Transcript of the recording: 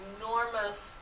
enormous